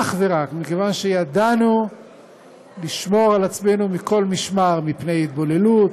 ואך ורק מכיוון שידענו לשמור על עצמנו מכל משמר מפני התבוללות,